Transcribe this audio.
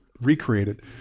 recreated